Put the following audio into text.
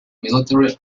military